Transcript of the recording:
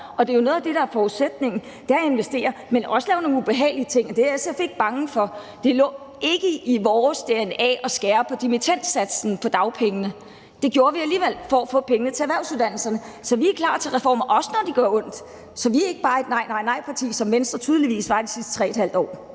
at bruge. Noget af det, der er forudsætningen herfor, er jo at investere, men også at lave nogle ubehagelige ting, og det er SF ikke bange for. Det lå ikke i vores dna at skære på dimittendsatsen på dagpengene, men det gjorde vi alligevel for at få pengene til erhvervsuddannelserne. Så vi er klar til reformer, også når de gør ondt. Så vi er ikke bare et nejparti, som Venstre tydeligvis var de sidste 3½ år.